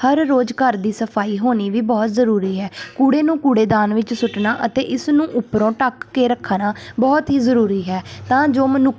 ਹਰ ਰੋਜ਼ ਘਰ ਦੀ ਸਫਾਈ ਹੋਣੀ ਵੀ ਬਹੁਤ ਜ਼ਰੂਰੀ ਹੈ ਕੂੜੇ ਨੂੰ ਕੂੜੇਦਾਨ ਵਿੱਚ ਸੁੱਟਣਾ ਅਤੇ ਇਸ ਨੂੰ ਉੱਪਰੋਂ ਢੱਕ ਕੇ ਰੱਖਣਾ ਬਹੁਤ ਹੀ ਜ਼ਰੂਰੀ ਹੈ ਤਾਂ ਜੋ ਮਨੁੱਖ